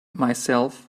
myself